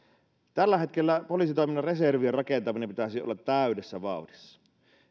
tällä hetkellä poliisitoiminnan reservien rakentamisen pitäisi olla täydessä vauhdissa